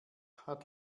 hat